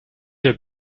der